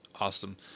Awesome